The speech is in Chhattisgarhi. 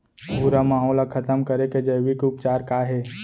भूरा माहो ला खतम करे के जैविक उपचार का हे?